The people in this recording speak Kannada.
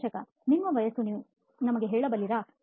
ಸಂದರ್ಶಕನಿಮ್ಮ ವಯಸ್ಸನ್ನು ನಮಗೆ ಹೇಳಬಲ್ಲಿರಾ